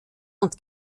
und